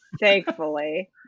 thankfully